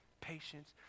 Patience